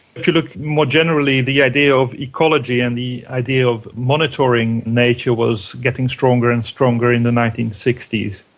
if you look more generally, the idea of ecology and the idea of monitoring nature was getting stronger and stronger in the nineteen sixty s.